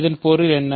இதன் பொருள் என்ன